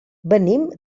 venim